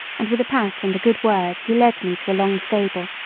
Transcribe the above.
and with a pat and a good word he led me to a long stable,